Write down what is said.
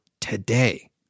today